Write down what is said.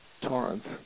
Torrance